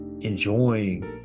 enjoying